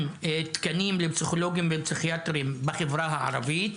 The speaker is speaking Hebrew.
תקנים לפסיכולוגים ופסיכיאטרים בחברה הערבית.